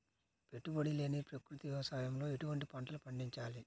పెట్టుబడి లేని ప్రకృతి వ్యవసాయంలో ఎటువంటి పంటలు పండించాలి?